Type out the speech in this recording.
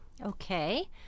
Okay